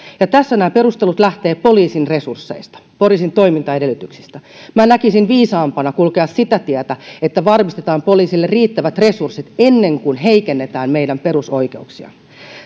ja tässä nämä perustelut lähtevät poliisin resursseista poliisin toimintaedellytyksistä minä näkisin viisaampana kulkea sitä tietä että varmistetaan poliisille riittävät resurssit ennen kuin heikennetään meidän perusoikeuksia